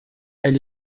elle